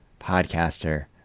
podcaster